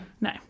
No